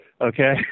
Okay